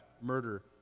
murder